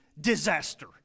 disaster